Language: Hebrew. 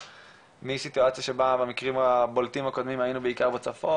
מסיטואציה שבה במקרים הבולטים הקודמים היינו בעיקר בצפון,